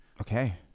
okay